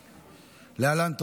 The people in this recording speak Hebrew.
להעביר את